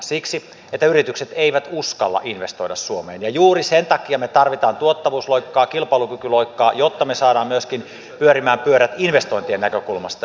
siksi että yritykset eivät uskalla investoida suomeen ja juuri sen takia me tarvitsemme tuottavuusloikkaa kilpailukykyloikkaa jotta me saamme myöskin pyörät pyörimään investointien näkökulmasta